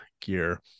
gear